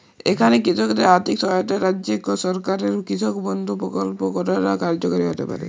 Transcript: এখানে কৃষকদের আর্থিক সহায়তায় রাজ্য সরকারের কৃষক বন্ধু প্রক্ল্প কতটা কার্যকরী হতে পারে?